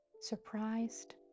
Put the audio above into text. surprised